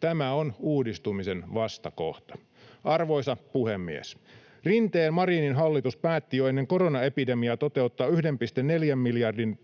Tämä on uudistumisen vastakohta. Arvoisa puhemies! Rinteen—Marinin hallitus päätti jo ennen koronaepidemiaa toteuttaa 1,4 miljardin